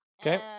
Okay